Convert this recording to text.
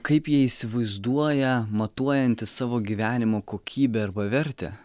kaip jie įsivaizduoja matuojantys savo gyvenimo kokybę arba vertę